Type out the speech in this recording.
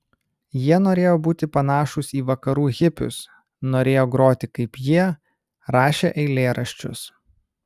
jie norėjo būti panašūs į vakarų hipius norėjo groti kaip jie rašė eilėraščius